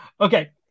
Okay